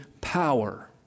power